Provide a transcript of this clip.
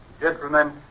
Gentlemen